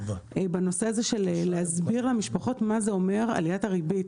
בנושא הזה של להסביר למשפחות מה זה אומר עליית הריבית.